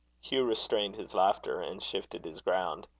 hugh restrained his laughter, and shifted his ground.